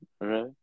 Right